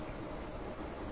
ఇది